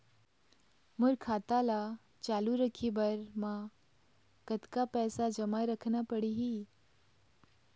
मोर खाता ला चालू रखे बर म कतका पैसा जमा रखना पड़ही?